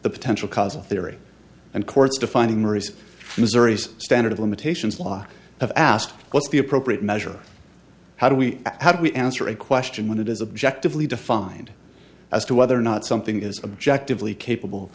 the potential cause of theory and courts defining maries missouri's standard of limitations law have asked what's the appropriate measure how do we how do we answer a question when it is objective lee defined as to whether or not something is objectively capable